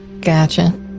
Gotcha